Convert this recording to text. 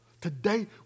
today